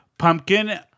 Pumpkin